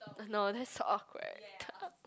no that's so awkward